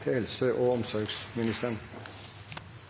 til helse- og omsorgsministeren: